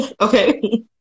Okay